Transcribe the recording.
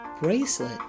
Bracelet